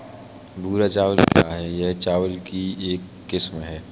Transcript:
भूरा चावल क्या है? क्या यह चावल की एक किस्म है?